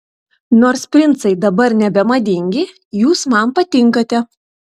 nors princai dabar nebemadingi jūs man patinkate